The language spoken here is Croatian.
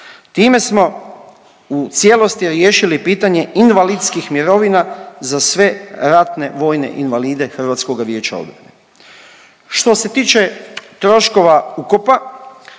Time smo u cijelosti riješili pitanje invalidskih mirovina za sve ratne vojne invalide HVO-a. Što se tiče troškova ukopa,